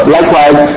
likewise